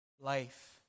life